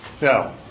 now